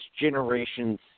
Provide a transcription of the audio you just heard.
generation's